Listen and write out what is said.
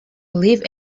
live